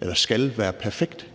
eller skal være perfekt.